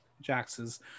Jax's